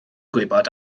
gwybod